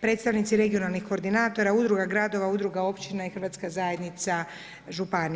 predstavnici regionalnih koordinatora, udruga gradova, udruga općina i Hrvatska zajednica županija.